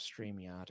Streamyard